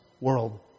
world